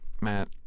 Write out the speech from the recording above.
Matt